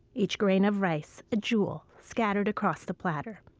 each grain of rice a jewel scattered across the platter